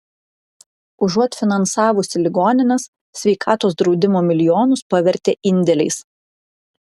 užuot finansavusi ligonines sveikatos draudimo milijonus pavertė indėliais